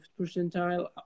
percentile